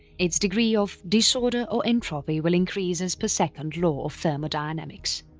its degree of disorder or entropy will increase as per second law of thermodynamics.